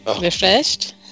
Refreshed